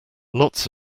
lots